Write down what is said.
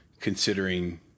considering